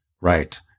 Right